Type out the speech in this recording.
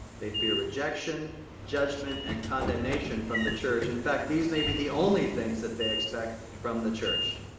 they fear rejection, judgment and condemnation from the church. in fact, these may be the only things that they expect from the church.